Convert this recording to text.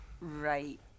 Right